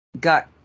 got